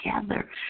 together